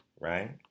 right